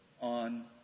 on